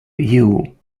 you